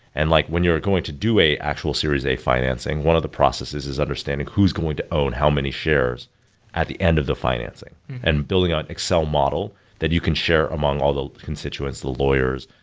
and like when you're going to do an actual series a financing, one of the processes is understanding who's going to own how many shares at the end of the financing and building an excel model that you can share among all the constituents, the lawyers,